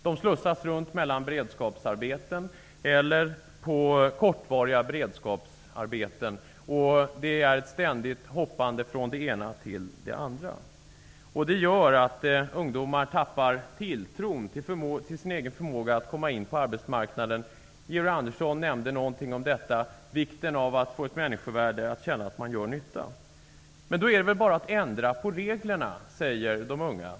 De slussas runt mellan kortvariga beredskapsarbeten. Det är ett ständigt hoppande från det ena till det andra. Det gör att ungdomar tappar tilltron till sin egen förmåga att komma in på arbetsmarknaden. Georg Andersson nämnde om vikten av att få ett människovärde, att känna att man gör nytta. Det är väl bara att ändra på reglerna, säger de unga.